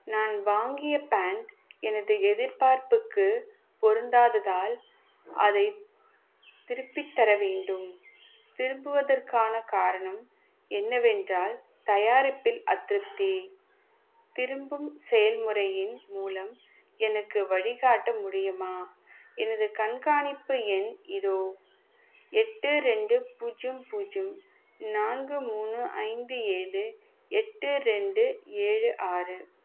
நான் வாங்கிய பேண்ட் எனது எதிர்பார்ப்புக்கு பொருந்தாததால் அதை திருப்பித் தர வேண்டும் திரும்புவதற்கான காரணம் என்னவென்றால் தயாரிப்பில் அதிருப்தி திரும்பும் செயல்முறையின் மூலம் எனக்கு வழிகாட்ட முடியுமா எனது கண்காணிப்பு எண் இதோ எட்டு ரெண்டு பூஜ்யம் பூஜ்யம் நான்கு மூணு ஐந்து ஏழு எட்டு ரெண்டு ஏழு ஆறு